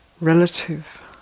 relative